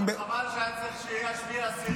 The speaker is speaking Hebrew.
רק חבל שהיה צריך שיהיה 7 באוקטובר כדי שיהיו הסכמות.